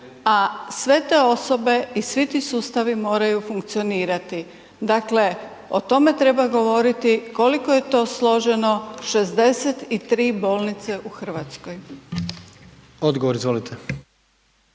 a sve te osobe i svi ti sustavi moraju funkcionirati. Dakle, o tome treba govoriti koliko je to složeno 63 bolnice u Hrvatskoj. **Jandroković,